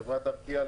חברת ארקיע,